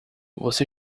você